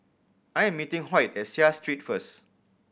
I am meeting Hoyt at Seah Street first